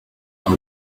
abo